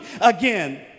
again